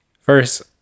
first